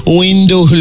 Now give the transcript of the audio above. window